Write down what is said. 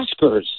Oscars